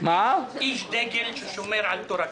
איש דגל ששומר על תורתו.